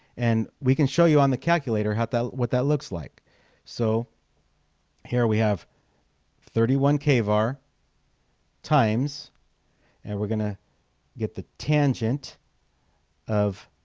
and we can show you on the calculator how that what that looks like so here we have thirty one kvar times and we're going to get the tangent of